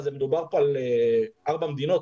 מדובר פה על ארבע מדינות?